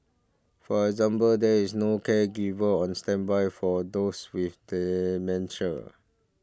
for example there is no caregiver on standby for those with dementia